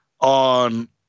on